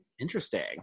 interesting